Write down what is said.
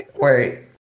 wait